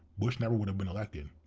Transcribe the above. bush never would have been elected.